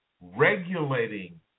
regulating